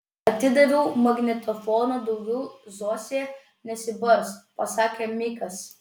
atidaviau magnetofoną daugiau zosė nesibars pasakė mikas